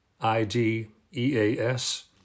I-D-E-A-S